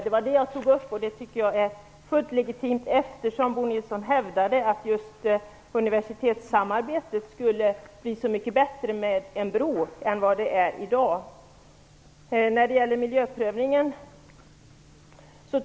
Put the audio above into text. Det var det jag tog upp, och det tycker jag är fullt legitimt, eftersom Bo Nilsson hävdade att universitetssamarbetet skulle bli så mycket bättre än vad är i dag, om vi skulle få en bro.